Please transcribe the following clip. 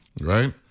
right